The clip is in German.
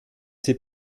sie